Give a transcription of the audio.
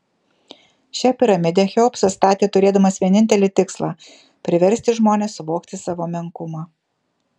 šią piramidę cheopsas statė turėdamas vienintelį tikslą priversti žmones suvokti savo menkumą